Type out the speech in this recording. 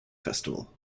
festival